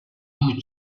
new